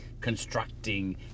constructing